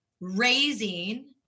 raising